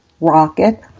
rocket